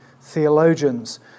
theologians